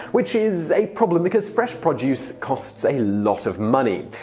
which is a problem, because fresh produce costs a lot of money.